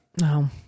no